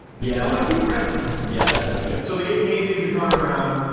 yeah, i'm like you prick yeah, that's sucks. so they give hainsey's to connor brown,